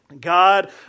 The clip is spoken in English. God